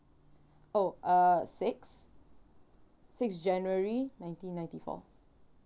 oh uh six six january nineteen ninety four